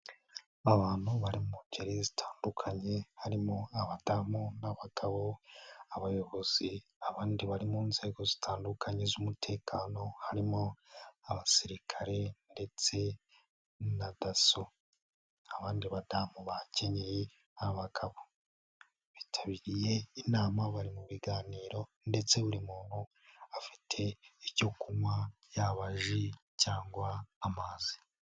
Abantu bari mu ngeri zitandukanye harimo abadamu n'abagabo, abayobozi, abandi bari mu nzego zitandukanye z'umutekano harimo abasirikare ndetse na Dasso, abandi badamu bakenyeye, abagabo bitabiriye inama bari mu biganiro ndetse buri muntu afite icyo kunywa cyaba ji cyangwa amazi.